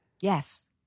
Yes